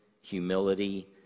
humility